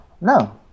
no